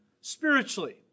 spiritually